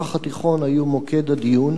במזרח התיכון היו מוקד הדיון,